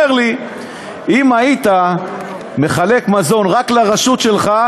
לי שאם היית מחלק מזון רק לרשות שלנו,